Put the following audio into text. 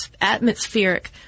atmospheric